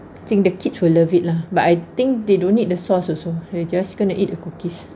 I think the kids will love it lah but I think they don't need the sauce also we're just gonna eat the cookies